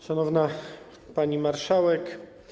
Szanowna Pani Marszałek!